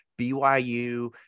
BYU